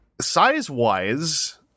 Size-wise